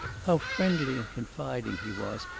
how friendly and confiding he was!